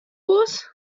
was